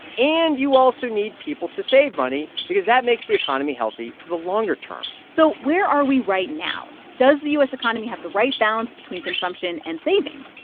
and you also need people to save money because that makes the economy healthy for the longer term so where are we right now? does the u s. economy have the right balance between consumption and saving?